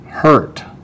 hurt